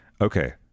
Okay